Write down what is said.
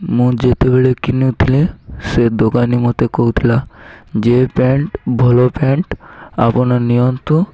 ମୁଁ ଯେତେବେଳେ କିଣୁଥିଲି ସେ ଦୋକାନୀ ମୋତେ କହୁଥିଲା ଯେ ପ୍ୟାଣ୍ଟ ଭଲ ପ୍ୟାଣ୍ଟ ଆପଣ ନିଅନ୍ତୁ